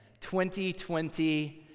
2020